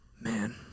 Man